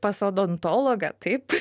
pas odontologą taip